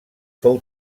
fou